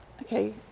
okay